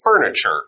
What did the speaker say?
furniture